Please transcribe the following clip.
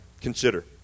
consider